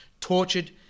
tortured